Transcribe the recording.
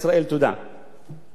תודה רבה לחבר הכנסת צרצור,